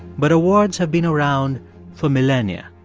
but awards have been around for millennia.